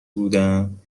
بودم